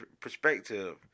perspective